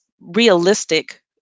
realistic